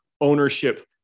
ownership